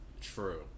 True